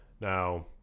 Now